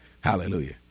Hallelujah